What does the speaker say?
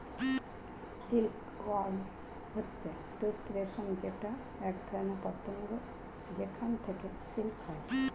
silk worm হচ্ছে তুত রেশম যেটা একধরনের পতঙ্গ যেখান থেকে সিল্ক হয়